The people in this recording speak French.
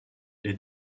les